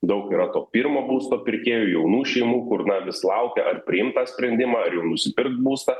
daug yra to pirmo būsto pirkėjų jaunų šeimų kur na vis laukia ar priimt tą sprendimą ar jau nusipirkt būstą